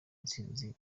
intsinzi